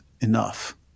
enough